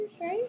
right